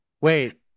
Wait